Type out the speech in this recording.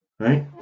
Right